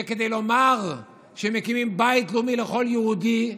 וכדי לומר שמקימים בית לאומי לכל יהודי,